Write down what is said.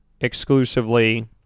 exclusively